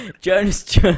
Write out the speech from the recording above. Jonas